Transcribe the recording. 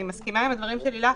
אני מסכימה עם הדברים של לילך,